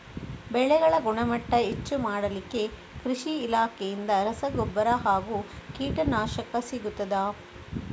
ಬೆಳೆಗಳ ಗುಣಮಟ್ಟ ಹೆಚ್ಚು ಮಾಡಲಿಕ್ಕೆ ಕೃಷಿ ಇಲಾಖೆಯಿಂದ ರಸಗೊಬ್ಬರ ಹಾಗೂ ಕೀಟನಾಶಕ ಸಿಗುತ್ತದಾ?